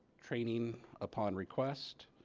training upon request.